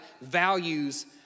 values